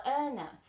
earner